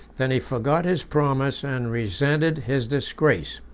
than he forgot his promise and resented his disgrace.